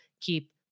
keep